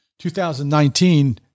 2019